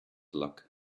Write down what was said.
luck